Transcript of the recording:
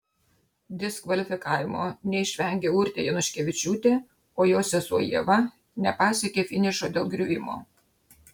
diskvalifikavimo neišvengė urtė januškevičiūtė o jos sesuo ieva nepasiekė finišo dėl griuvimo